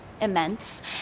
immense